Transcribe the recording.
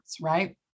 Right